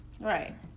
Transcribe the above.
Right